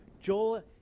Joel